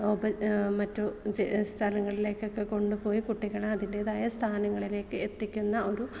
മറ്റു സ്ഥലങ്ങളിലേക്കൊക്കെ കൊണ്ടുപോയി കുട്ടികളെ അതിൻറ്റേതായ സ്ഥാനങ്ങളിലേക്ക് എത്തിക്കുന്ന ഒരു